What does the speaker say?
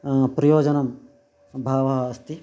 प्रयोजनं बहवः अस्ति